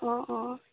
অ অ